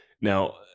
Now